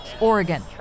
Oregon